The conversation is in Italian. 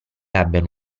abbiano